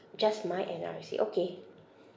just my N_R_I_C okay